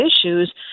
issues